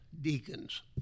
deacons